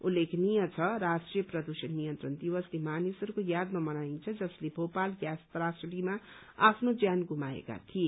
उल्लेखनीय छ राष्ट्रीय प्रदूषण नियन्त्रण दिवस ती मानिसहरूको यादमा मनाइन्छ जसले भोपाल ग्यास त्रासदीमा आफ्नो ज्यान गुमाएका थिए